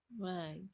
Right